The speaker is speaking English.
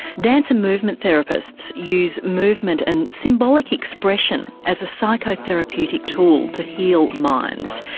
dance and movement therapists use movement and symbolic expression as a psychotherapeutic tool to heal minds.